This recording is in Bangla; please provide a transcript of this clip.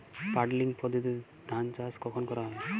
পাডলিং পদ্ধতিতে ধান চাষ কখন করা হয়?